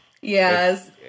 Yes